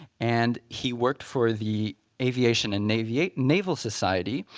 and he worked for the aviation and naval naval society,